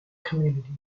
community